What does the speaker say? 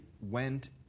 went